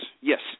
yes